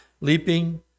leaping